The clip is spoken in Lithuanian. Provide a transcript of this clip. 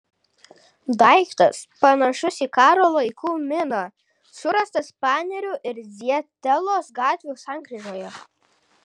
daiktas panašus į karo laikų miną surastas panerių ir zietelos gatvių sankryžoje